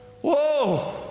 Whoa